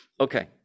Okay